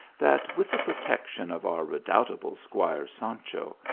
that with the protection of our re doubtable squire sancho,